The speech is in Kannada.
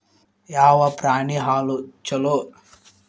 ಯಾವ ಪ್ರಾಣಿ ಹಾಲು ಛಲೋ?